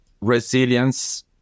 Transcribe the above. resilience